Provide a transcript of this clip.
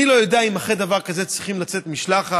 אני לא יודע אם אחרי דבר כזה צריכה לצאת משלחת,